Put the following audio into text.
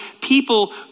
people